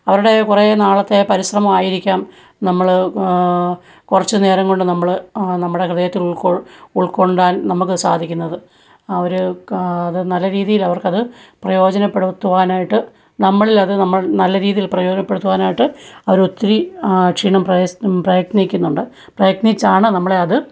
അവരുടെ കുറേ നാളത്തെ പരിശ്രമമായിരിക്കാം നമ്മള് കുറച്ചു നേരം കൊണ്ട് നമ്മള് നമ്മുടെ ഹൃദയത്തിൽ ഉൾക്കൊ ഉൾക്കൊണ്ടാൽ നമുക്ക് സാധിക്കുന്നത് അവര് അതു നല്ല രീതിയിൽ അവർക്കത് പ്രയോജനപ്പെടുത്തുവാനായിട്ട് നമ്മളിൽ അത് നമ്മൾ നല്ലരീതിയിൽ പ്രയോജനപ്പെടുത്തുവാനായിട്ട് അവരൊത്തിരി അക്ഷീണം പ്രയസ് പ്രയത്നിക്കുന്നുണ്ട് പ്രയത്നിച്ചാണ് നമ്മളെയത്